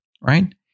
right